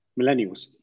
millennials